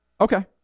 Okay